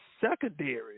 secondary